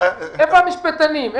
איפה המשפטנים?